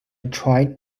tried